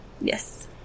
Yes